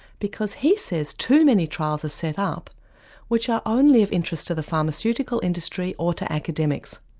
because he says too many trials are set up which are only of interest to the pharmaceutical industry or to academics.